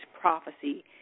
prophecy